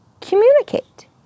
communicate